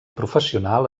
professional